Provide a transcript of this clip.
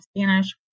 Spanish